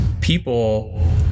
people